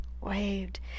waved